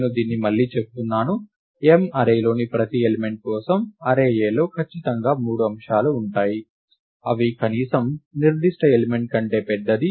నేను దీన్ని మళ్లీ చెప్తున్నాను M అర్రేలోని ప్రతి ఎలిమెంట్ కోసం అర్రే Aలో ఖచ్చితంగా 3 అంశాలు ఉంటాయి అవి కనీసం నిర్దిష్ట ఎలిమెంట్ కంటే పెద్దది